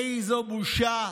איזו בושה.